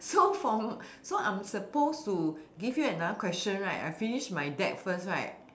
so for so I'm supposed to give you another question right I finish my deck first right